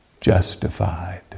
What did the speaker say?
justified